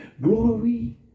Glory